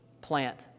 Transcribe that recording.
plant